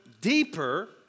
deeper